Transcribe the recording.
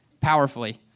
powerfully